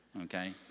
okay